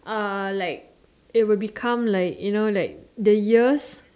uh like it will become like you know like the ears